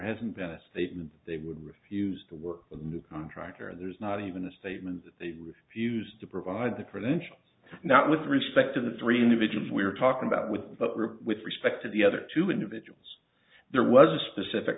hasn't been a statement they would refuse to work with the new contractor and there's not even a statement that they refused to provide the credentials not with respect to the three individuals we're talking about with the group with respect to the other two individuals there was a specific